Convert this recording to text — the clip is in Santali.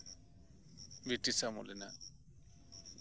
ᱵᱨᱤᱴᱤᱥ ᱟᱢᱚᱞ ᱨᱮᱱᱟᱜ